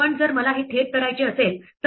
पण जर मला हे थेट करायचे असेल तर